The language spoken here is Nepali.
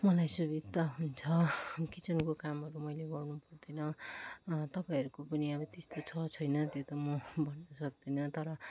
मलाई सुविधा हुन्छ किचनको कामहरू मैले गर्नुपर्दैन तपाईँहरूको पनि अब त्यस्तो छ छैन त्यो त म भन्न सक्दिनँ तर